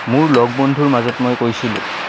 মোৰ লগ বন্ধুৰ মাজত মই কৈছিলোঁ